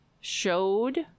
showed